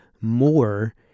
more